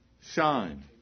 shine